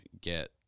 get